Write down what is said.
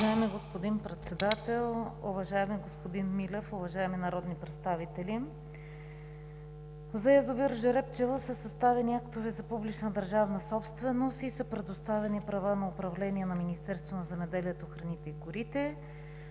Уважаеми господин Председател, уважаеми господин Милев, уважаеми народни представители! За язовир „Жребчево“ са съставени актове за публична държавна собственост и са предоставени права на управление на Министерството на земеделието, храните и горите,